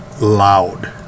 loud